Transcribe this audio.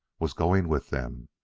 was going with them.